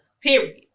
period